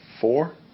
Four